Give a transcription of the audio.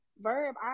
Verb